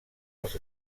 els